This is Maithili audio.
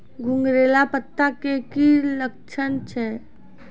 घुंगरीला पत्ता के की लक्छण छै?